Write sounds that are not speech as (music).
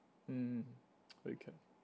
mm (noise) okay